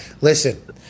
Listen